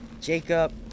Jacob